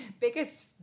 biggest